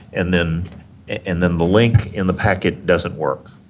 and then and then the link in the packet doesn't work,